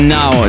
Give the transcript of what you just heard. now